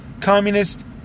Communist